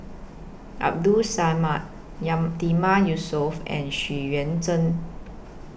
Abdul Samad Yatiman Yusof and Xu Yuan Zhen